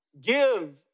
give